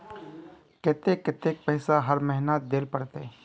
केते कतेक पैसा हर महीना देल पड़ते?